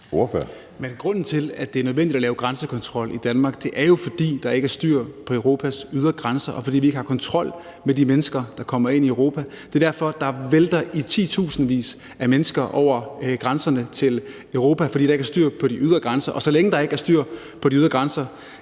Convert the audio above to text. Grunden til, at det er nødvendigt at lave grænsekontrol i Danmark, er jo, at der ikke er styr på Europas ydre grænser, og at vi ikke har kontrol med de mennesker, der kommer ind i Europa. Det er derfor, der vælter i titusindvis af mennesker over grænserne til Europa, altså fordi der ikke er styr på de ydre grænser. Så længe der ikke er styr på de ydre grænser,